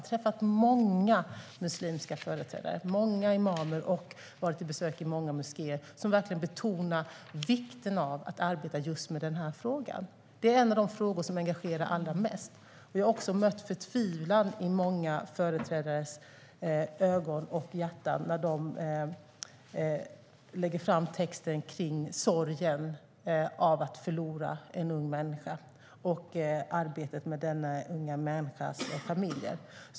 Jag har besökt många moskéer och träffat många muslimska företrädare och imamer som verkligen betonar vikten av att arbeta just med den här frågan. Det är en av de frågor som engagerar allra mest. Jag har också mött förtvivlan i många företrädares ögon och hjärtan när de lägger fram texten kring sorgen i att förlora en ung människa och arbetet med denna unga människas familj.